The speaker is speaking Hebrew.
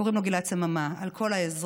קוראים לו גלעד סממה, על כל העזרה,